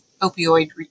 opioid